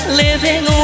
living